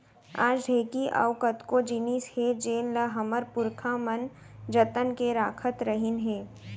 आज ढेंकी अउ कतको जिनिस हे जेन ल हमर पुरखा मन जतन के राखत रहिन हे